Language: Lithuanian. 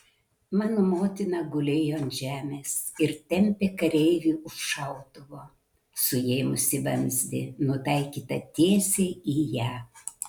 mano motina gulėjo ant žemės ir tempė kareivį už šautuvo suėmusį vamzdį nutaikytą tiesiai į ją